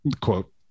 quote